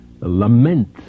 Lament